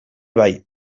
bai